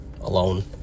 alone